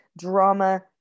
drama